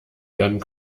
werden